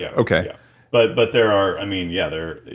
yeah okay but but there are i mean yeah there are.